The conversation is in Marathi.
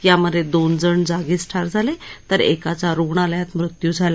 यामधे दोन जण जागीच ठार झाले तर एकाचा रुग्णालयात मृत्यू झाला